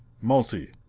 multi!